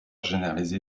généralisé